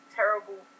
terrible